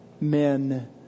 men